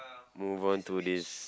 move on to this